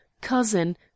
cousin